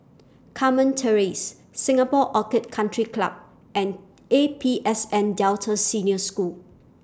Carmen Terrace Singapore Orchid Country Club and A P S N Delta Senior School